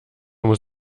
muss